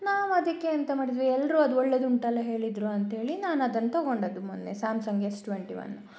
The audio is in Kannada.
ನಾವದಕ್ಕೆ ಎಂತ ಮಾಡಿದ್ವಿ ಎಲ್ಲರೂ ಅದು ಒಳ್ಳೆಯದುಂಟಲ್ಲ ಹೇಳಿದರು ಅಂತ ಹೇಳಿ ನಾನದನ್ನು ತಗೊಂಡದ್ದು ಮೊನ್ನೆ ಸ್ಯಾಮ್ಸಂಗ್ ಎಸ್ ಟ್ವೆಂಟಿ ಒನ್